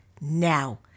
now